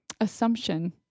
Assumption